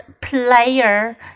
player